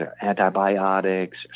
antibiotics